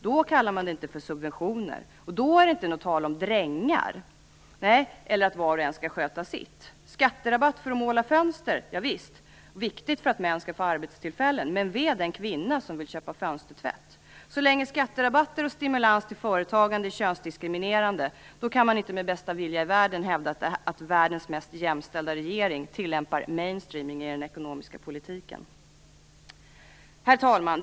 Då kallar man det inte för subventioner, och då är det inget tal om drängar eller att var och en skall sköta sitt. Skatterabatt för att måla fönster? Ja visst - viktigt för att män skall få arbetstillfällen. Men ve den kvinna som vill köpa fönstertvätt! Så länge skatterabatter och stimulans till företagande är könsdiskriminerande kan man inte med bästa vilja i världen hävda att världens mest jämställda regering tillämpar mainstreaming i den ekonomiska politiken. Herr talman!